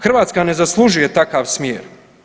Hrvatska ne zaslužuje takav smjer.